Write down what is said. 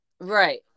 Right